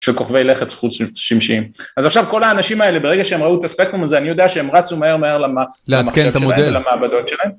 של כוכבי לכת חוץ שמשיים אז עכשיו כל האנשים האלה ברגע שהם ראו את הספקטרום הזה אני יודע שהם רצו מהר מהר למחשב שלהם ולמעבדות שלהם